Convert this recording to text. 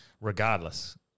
regardless